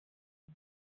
son